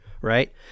right